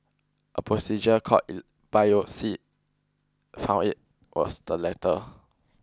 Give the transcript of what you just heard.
a procedure called biopsy found it was the latter